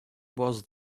was